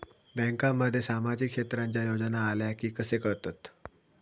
बँकांमध्ये सामाजिक क्षेत्रांच्या योजना आल्या की कसे कळतत?